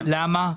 למה?